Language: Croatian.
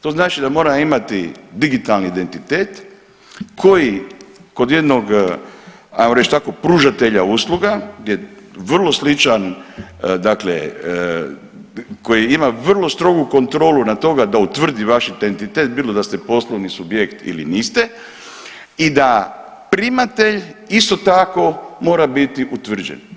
To znači da moram imati digitalni identitet koji kod jednog ajmo reći pružatelja usluga gdje je vrlo sličan koji ima vrlo strogu kontrolu na toga da utvrdi vaš identitet bilo da ste poslovni subjekt ili niste i da primatelj isto tako mora biti utvrđen.